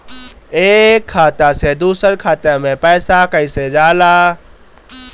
एक खाता से दूसर खाता मे पैसा कईसे जाला?